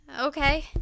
Okay